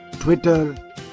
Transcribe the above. Twitter